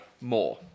more